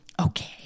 Okay